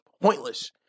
pointless